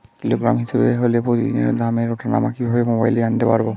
Kilogram হিসাবে হলে প্রতিদিনের দামের ওঠানামা কিভাবে মোবাইলে জানতে পারবো?